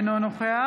אינו נוכח